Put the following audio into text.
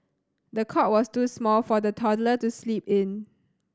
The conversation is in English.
the cot was too small for the toddler to sleep in